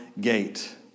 gate